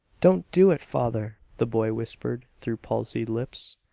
don't do it father! the boy whispered through palsied lips.